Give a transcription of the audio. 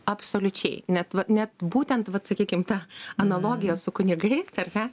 absoliučiai net va net būtent vat sakykim ta analogija su kunigais ar ne